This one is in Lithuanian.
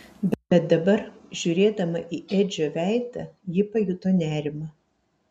bet dabar žiūrėdama į edžio veidą ji pajuto nerimą